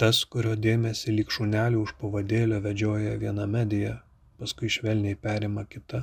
tas kurio dėmesį lyg šunelį už pavadėlio vedžioja viena medija paskui švelniai perima kita